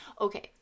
Okay